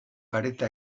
pareta